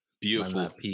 beautiful